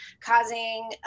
causing